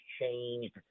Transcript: changed